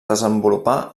desenvolupà